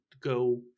go